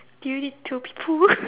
do you need to pee poo